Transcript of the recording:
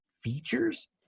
features